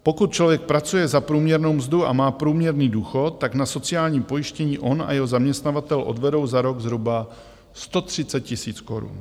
Pokud člověk pracuje za průměrnou mzdu a má průměrný důchod, tak na sociální pojištění on a jeho zaměstnavatel odvedou za rok zhruba 130 000 korun.